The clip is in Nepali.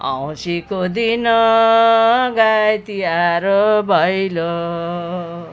औँसीको दिन हो गाई तिहार हो भैलो